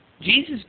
Jesus